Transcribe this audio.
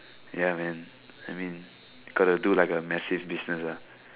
ya man I mean you gotta do like a massive business ah